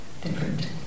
different